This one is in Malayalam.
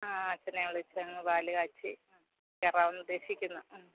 ആ അച്ഛനെ വിളിച്ചങ്ങ് പാല് കാച്ചി കയറാമെന്ന് ഉദ്ദേശിക്കുന്നു